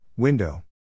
Window